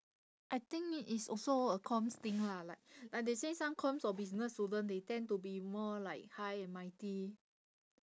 I think it's also a comms thing lah like like they say some comms or business student they tend to be more like high and mighty